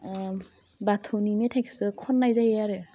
उम बाथौनि मेथाइखोसो खन्नाय जायो आरो